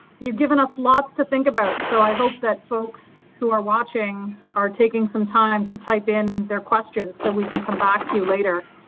you've given us lots to think about so i hope that folks who are watching are taking some time to type in their questions so we can come back to you later.